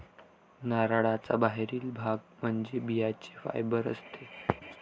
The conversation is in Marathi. नारळाचा बाहेरील भाग म्हणजे बियांचे फायबर असते